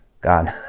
God